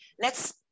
lets